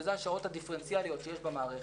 שזה השעות הדיפרנציאליות שיש במערכת,